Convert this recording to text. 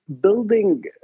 building